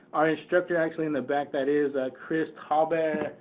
our instructor actually in the back, that is chris cowbert,